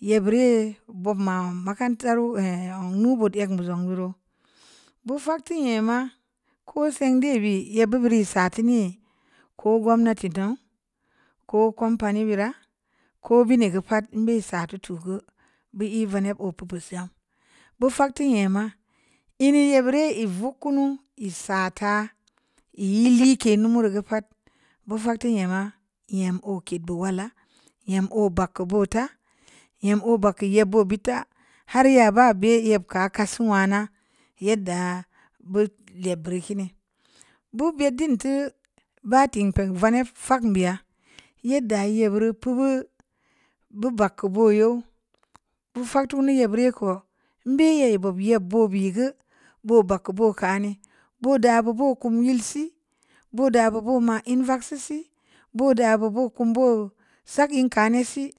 yebbireu yee bobu ma malanfaru ehil muubood bu zeng buroo, bu fak teu nyam, ko seng dee bee yebbu bid i saa teu nii, ko gomnati duu, ko company bira, ko bineu keu paa n be isa teu fu geu, bu i’ vaneb oo pi’bu zam, bu fak teu nyama in yebbira yee i vag kunu i saa taa, i nyi lii kee lumu reu geu pad bu fak teu nyama, nyam oo ked bu wwala, nyam oo bag keu booto, nyam oo bag keu yeb oo bid ta, har yaa baa be yeb ka’a kaseu niaana, yedda bu lib bureu kini, bu beddin teu baatikpeng veneb fakn beya yedda yeburu pibu bu bag keu boo you, bu fak teu kunu yebbira yee ku, n be yai bob yeb boo bei geu, boo bag keu boo kaani, boo daa bu boo kum yil si, boo daa bu boo ma in vagsu si, boo daa bu boo kum sak in kaani si.